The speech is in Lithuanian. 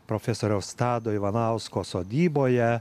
profesoriaus tado ivanausko sodyboje